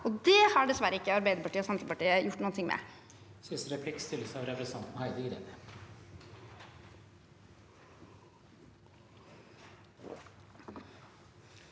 og det har dessverre ikke Arbeiderpartiet og Senterpartiet gjort noen